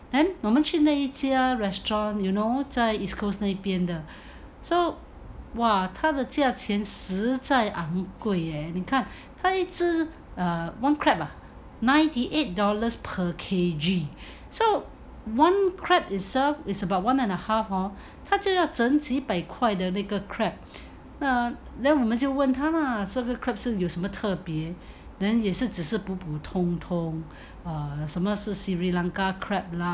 then 我们去那一家 restaurant you know 在 east coast 那边的 so !wah! 它的价钱实在 ang ku kueh eh 你看他一只 err one crab ah ninety eight dollars per K_G so one crab is served is about one and a half hor 他就要整几百块的那个 crab then 我们就问他 lah so the 那只有什么特别 then 解释只是普普通通 err 什么是 sri lanka crab lah